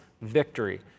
victory